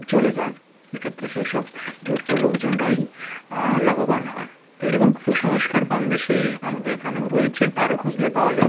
চলে যায় এক্ষেত্রে সেই সব ধূর্ত লোকজনরাই লাভবান হয় তো এইরকম কুসংস্কার কম বেশি আমাদের এখানেও রয়েছে আরও খুঁজলে পাওয়া যাবে